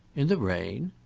in the rain?